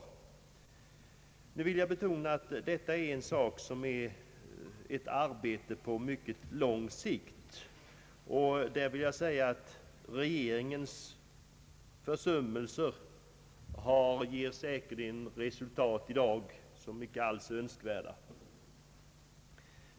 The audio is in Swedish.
Jag vill betona att lösandet av detta problem är ett arbete på mycket lång sikt. Regeringens försummelse ger i dag säkerligen resultat som inte alls är önskvärda.